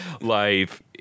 life